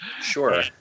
Sure